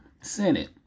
Senate